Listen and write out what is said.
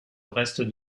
reste